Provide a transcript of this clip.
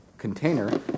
container